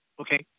Okay